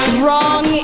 wrong